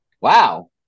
Wow